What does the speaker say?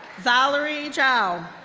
valerie zhao,